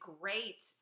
great